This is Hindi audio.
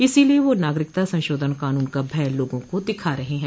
इसीलिए वह नागरिकता सशोधन क़ानून का भय लोगों को दिखा रहे हैं